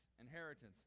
Inheritance